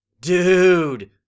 Dude